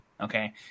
okay